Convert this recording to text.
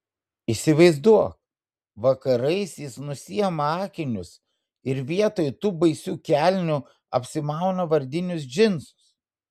įsivaizduok vakarais jis nusiima akinius ir vietoj tų baisių kelnių apsimauna vardinius džinsus